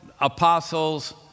apostles